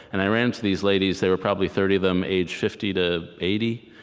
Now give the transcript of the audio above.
and i ran into these ladies. there were probably thirty of them, aged fifty to eighty,